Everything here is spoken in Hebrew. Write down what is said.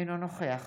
אינו נוכח